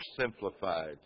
simplified